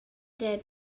der